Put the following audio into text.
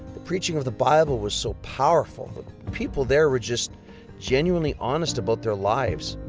the preaching of the bible was so powerful. the people there were just genuinely honest about their lives,